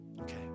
Okay